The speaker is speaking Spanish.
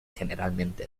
generalmente